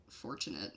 fortunate